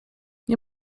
nie